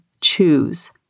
choose